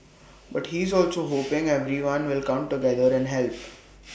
but he's also hoping everyone will come together and help